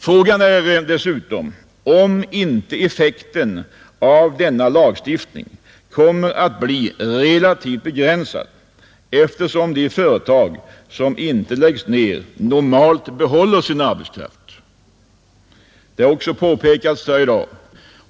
Frågan är dessutom om inte effekten av denna lagstiftning kommer att bli relativt begränsad, eftersom de företag som inte läggs ner normalt behåller sin arbetskraft. Även detta har påpekats här i dag.